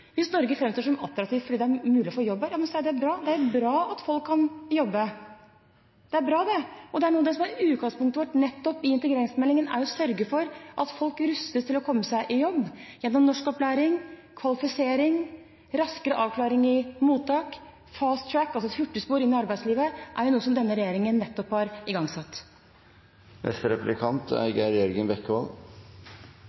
Hvis Norge framstår som attraktivt fordi det er mulig å få jobb her, er jo det bra. Det er bra at folk kan jobbe, det er bra. Noe av det som er utgangpunktet vårt i nettopp integreringsmeldingen, er å sørge for at folk rustes til å komme seg i jobb, gjennom norskopplæring, kvalifisering og raskere avklaring i mottak. «Fast track», et hurtigspor, inn i arbeidslivet er jo noe denne regjeringen nettopp har